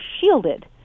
shielded